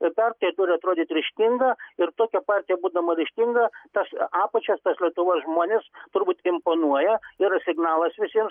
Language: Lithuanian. ir dar turi atrodyt ryžtinga ir tokia partija būdama ryžtinga tas apačias tas lietuvos žmones turbūt imponuoja yra signalas visiems